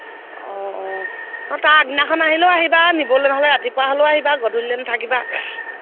অঁ অঁ ন তাৰ আগদিনাখন আহিলেও আহিবা নিবলৈ নহ'লে ৰাতিপুৱা হ'লেও আহিবা গধূলিলৈ নাথাকিবা